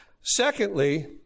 Secondly